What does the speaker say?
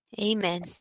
Amen